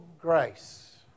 grace